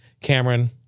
Cameron